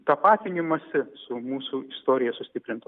tapatinimąsi su mūsų istorija sustiprintų